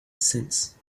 sense